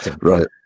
Right